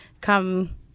come